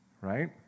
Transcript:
right